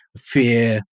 fear